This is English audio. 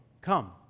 come